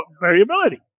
variability